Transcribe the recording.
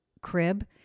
crib